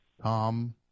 Tom